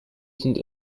sind